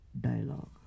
dialogue